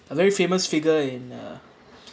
a very famous figure in uh